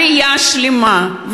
עלייה שלמה,